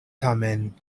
tamen